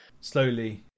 Slowly